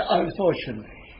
unfortunately